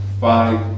five